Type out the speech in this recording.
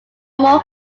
more